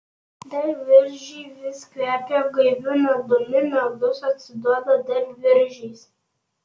dar viržiai vis kvepia gaiviu medumi medus atsiduoda dar viržiais